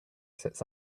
sits